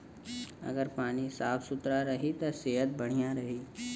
अगर पानी साफ सुथरा रही त सेहत बढ़िया रही